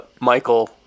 Michael